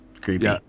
creepy